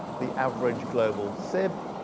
the average global sib